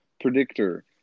Predictor